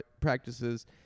practices